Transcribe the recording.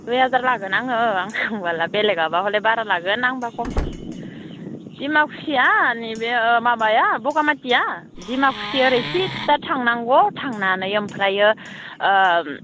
दुइ हाजार लागोन आङो आं थांब्ला बेलेगा हले बारा लागोन आंबा खम डिमाकुसिया नै बे माबाया बगामातिया डिमाकुसि ओरै सिद्दा थांनांगौ थांनानै ओमफ्राय